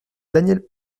danièle